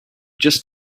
just